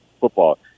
football